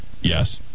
yes